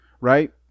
right